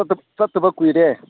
ꯆꯠꯇꯕ ꯀꯨꯏꯔꯦ